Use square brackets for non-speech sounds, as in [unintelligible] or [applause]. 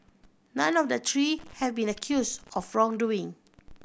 none of the three have been accused [unintelligible] wrongdoing